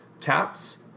cats